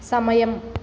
సమయం